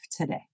today